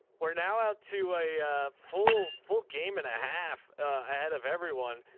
we're now out to a full, full game and a half ahead of everyone.